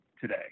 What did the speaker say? today